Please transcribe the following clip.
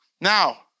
Now